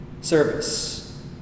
service